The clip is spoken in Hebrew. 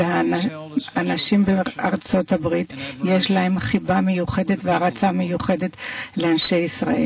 וכי העם בארצות הברית תמיד רחש חיבה והערצה מיוחדות לעם הספר.